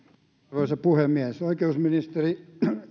arvoisa puhemies oikeusministeri